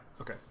okay